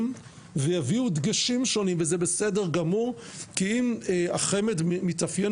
ויביאו דגשים שונים וזה בסדר גמור כי אם החמ"ד מתאפיין